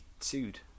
sued